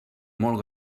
molt